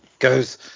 Goes